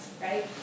right